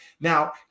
Now